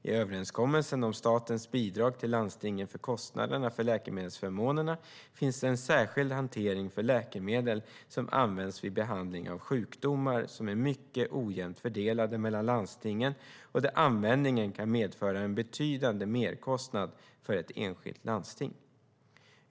I överenskommelsen om statens bidrag till landstingen för kostnaderna för läkemedelsförmånerna finns det en särskild hantering för läkemedel som används vid behandling av sjukdomar som är mycket ojämnt fördelade mellan landstingen och där användningen kan medföra en betydande merkostnad för ett enskilt landsting.